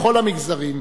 בכל המגזרים,